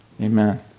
amen